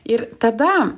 ir tada